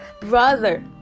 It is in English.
brother